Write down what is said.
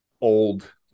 old